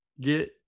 get